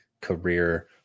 career